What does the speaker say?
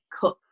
cut